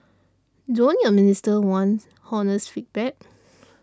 don't your ministers want honest feedback